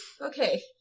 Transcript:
Okay